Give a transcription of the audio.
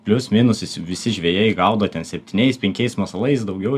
plius minus visi visi žvejai gaudo ten septyniais penkiais masalais daugiau